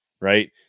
right